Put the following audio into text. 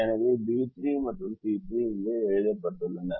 எனவே பி 3 மற்றும் சி 3 இங்கே எழுதப்பட்டுள்ளன